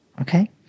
Okay